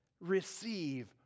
receive